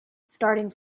starting